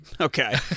Okay